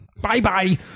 Bye-bye